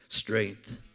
strength